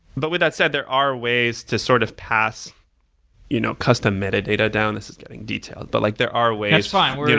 but with that said, there are ways to sort of pass you know custom metadata down. this is getting detailed. but like there are ways that's fine.